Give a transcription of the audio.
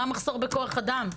מה המחסור בכוח אדם,